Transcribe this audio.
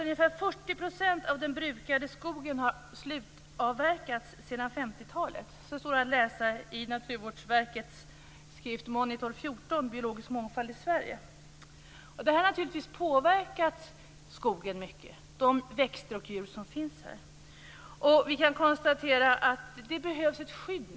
Ungefär 40 % av den brukade skogen har slutavverkats sedan 50-talet. Det står att läsa i Naturvårdsverkets skrift Monitor 14, Biologisk mångfald i Sverige. Detta har självfallet i hög grad påverkat skogen och de växter och djur som finns där. Det behövs nu ett skydd.